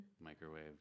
Microwave